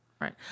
Right